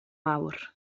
mawr